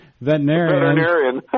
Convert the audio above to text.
veterinarian